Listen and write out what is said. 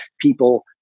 people